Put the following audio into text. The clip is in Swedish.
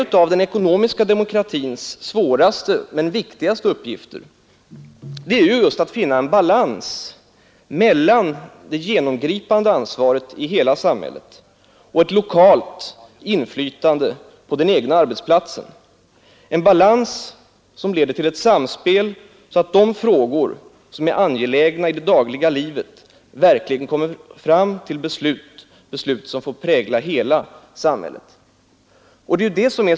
En av den ekonomiska demokratins svåraste men viktigaste uppgifter är just att finna en balans mellan det genomgripande ansvaret i hela samhället och ett lokalt inflytande på den egna arbetsplatsen, en balans som leder till ett sådant samspel att de frågor som är angelägna i det dagliga livet verkligen blir underlag för beslut, som får prägla hela samhället.